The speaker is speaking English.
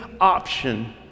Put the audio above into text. option